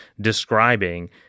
describing